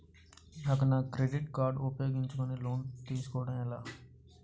నాకు నా credit card ఉపయోగించుకుని లోన్ తిస్కోడం ఎలా?